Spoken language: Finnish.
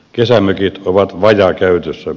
kesämökit ovat vajaakäytössä